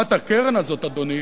הקמת הקרן הזאת, אדוני,